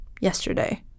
yesterday